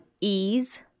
ease